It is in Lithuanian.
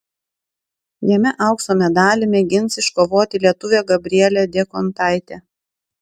jame aukso medalį mėgins iškovoti lietuvė gabrielė diekontaitė